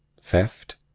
theft